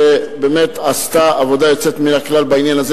שבאמת עשתה עבודה יוצאת מן הכלל בעניין הזה,